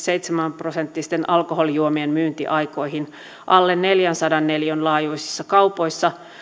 seitsemän prosenttisten alkoholijuomien myyntiaikoihin alle neljänsadan neliön laajuisissa kaupoissa